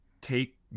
take